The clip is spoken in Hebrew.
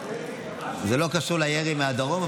זה לא קשור לירי מהדרום,